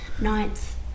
ninth